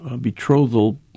betrothal